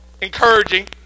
encouraging